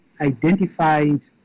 identified